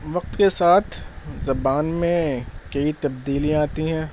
وقت کے ساتھ زبان میں کئی تبدیلیاں آتی ہیں